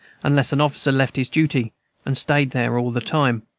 unless an officer left his duty and stayed there all the time.